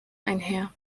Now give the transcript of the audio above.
einher